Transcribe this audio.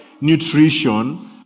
nutrition